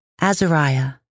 Azariah